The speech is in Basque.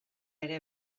ere